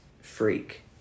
freak